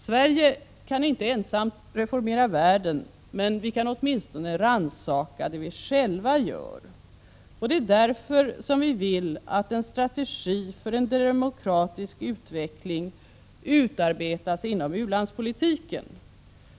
Sverige kan inte ensamt reformera världen men vi kan åtminstone rannsaka det vi själva gör, och det är därför som vi vill att en strategi för en demokratisk utveckling utarbetas inom u-landspolitiken.